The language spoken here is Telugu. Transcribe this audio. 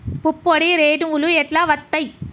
పుప్పొడి రేణువులు ఎట్లా వత్తయ్?